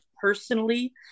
personally